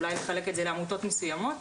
אולי לחלק את זה לעמותות מסוימות.